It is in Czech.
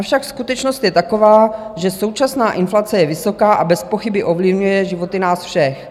Avšak skutečnost je taková, že současná inflace je vysoká a bezpochyby ovlivňuje životy nás všech.